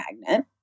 magnet